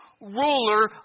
ruler